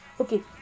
okay